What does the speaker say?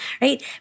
right